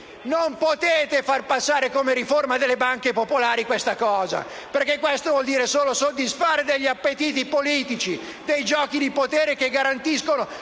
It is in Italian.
non potete far passare questa come una riforma delle banche popolari, perché questo vuol dire solo soddisfare degli appetiti politici e dei giochi di potere che garantiscono